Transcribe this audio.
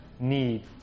need